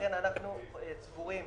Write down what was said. אנחנו סבורים,